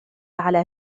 على